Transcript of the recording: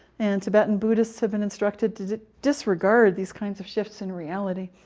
and tibetan buddhists have been instructed to disregard these kinds of shifts in reality,